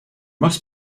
must